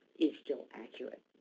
is still accurate.